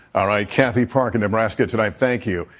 all right, kathy park in nebraska tonight, thank you.